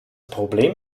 problem